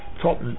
top